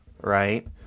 right